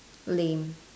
lame